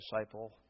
disciple